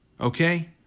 Okay